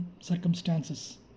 circumstances